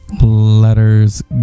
Letters